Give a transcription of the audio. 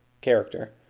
character